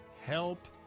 help